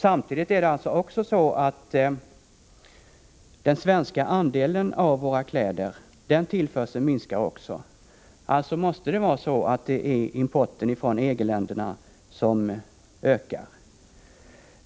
Samtidigt minskar också den svenska andelen av klädtillförseln. Alltså måste det vara importen från EG-länderna som ökar.